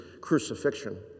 crucifixion